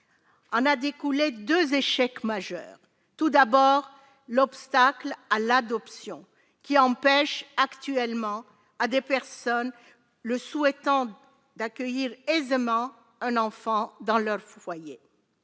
en a découlé 2 échecs majeurs, tout d'abord l'obstacle à l'adoption, qui empêche actuellement à des personnes le souhaitant d'accueillir aisément un enfant dans leur foyer,